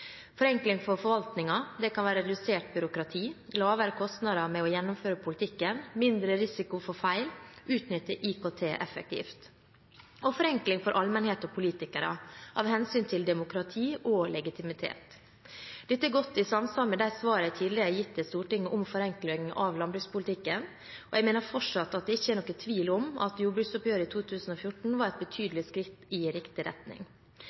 forenkling for forvaltningen. Det kan være redusert byråkrati, lavere kostnader med å gjennomføre politikken, mindre risiko for feil, utnytte IKT effektivt. Det er forenkling for allmennhet og politikere av hensyn til demokrati og legitimitet. Dette er godt i samsvar med de svar jeg tidligere har gitt til Stortinget om forenkling av landbrukspolitikken. Og jeg mener fortsatt at det ikke er noen tvil om at jordbruksoppgjøret i 2014 var et betydelig skritt i riktig retning.